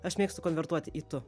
aš mėgstu konvertuoti į tu